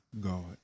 God